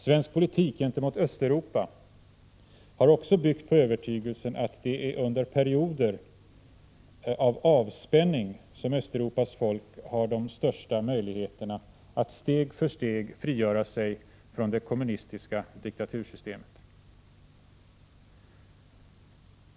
Svensk politik gentemot Östeuropa har också byggt på övertygelsen att det är under perioder av avspänning som Östeuropas folk har de största möjligheterna att steg för steg frigöra sig från det kommunistiska diktatursystemet.